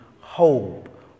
hope